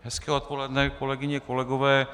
Hezké odpoledne, kolegyně a kolegové.